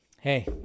hey